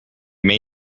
may